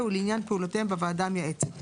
ולעניין פעולותיהם בוועדה המייעצת: